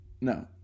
No